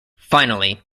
finally